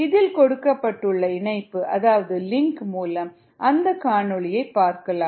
இதில் கொடுக்கப்பட்டுள்ள இணைப்பு அதாவது லிங்க் மூலம் அந்த காணொளியை பார்க்கலாம்